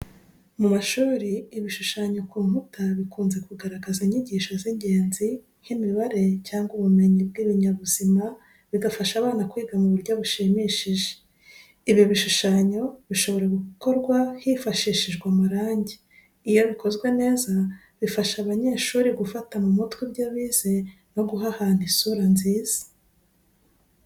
Mu mashuri, ibishushanyo ku nkuta bikunze kugaragaza inyigisho z'ingenzi nk'imibare cyangwa ubumenyi bw'ibinyabuzima, bigafasha abana kwiga mu buryo bushimishije. Ibi bishushanyo bishobora gukorwa hifashishijwe amarangi. Iyo bikozwe neza bifasha abanyeshuri gufata mu mutwe ibyo bize no guha ahantu isura nziza.